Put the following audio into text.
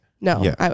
No